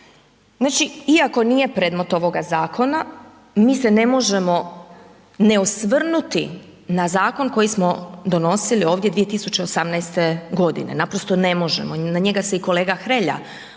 Znači iako nije predmet ovoga zakona mi se ne možemo ne osvrnuti na zakon koji smo donosili ovdje 2018. godine, naprosto ne možemo. I na njega se i kolega Hrelja osvrnuo,